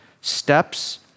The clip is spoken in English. steps